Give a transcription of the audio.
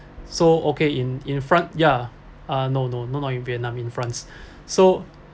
so okay in in france ya ah no no no no in vietnam in france so